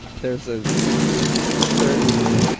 there's a certain.